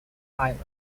island